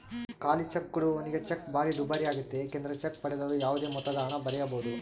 ಖಾಲಿಚೆಕ್ ಕೊಡುವವನಿಗೆ ಚೆಕ್ ಭಾರಿ ದುಬಾರಿಯಾಗ್ತತೆ ಏಕೆಂದರೆ ಚೆಕ್ ಪಡೆದವರು ಯಾವುದೇ ಮೊತ್ತದಹಣ ಬರೆಯಬೊದು